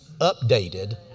updated